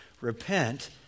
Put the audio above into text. Repent